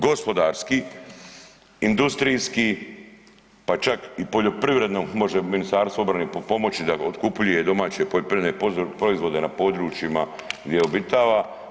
Gospodarski, industrijski, pa čak i poljoprivredno, može Ministarstvo obrane pripomoći da otkupljuje domaće poljoprivredne proizvode na područjima gdje obitava.